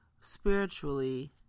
spiritually